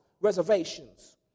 reservations